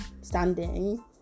standing